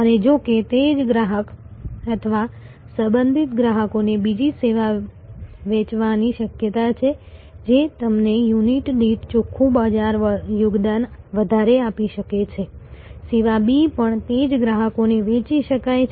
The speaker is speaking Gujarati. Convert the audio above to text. અને જો કે તે જ ગ્રાહક અથવા સંબંધિત ગ્રાહકોને બીજી સેવા વેચવાની શક્યતા છે જે તમને યુનિટ દીઠ ચોખ્ખું બજાર યોગદાન વધારે આપી શકે છે સેવા B પણ તે જ ગ્રાહકને વેચી શકાય છે